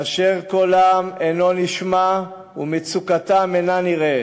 אשר קולם אינו נשמע ומצוקתם אינה נראית.